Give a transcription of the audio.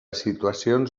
situacions